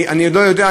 אני עוד לא יודע,